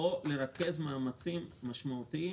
או לרכז מאמצים משמעותיים